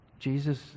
Jesus